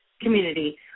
community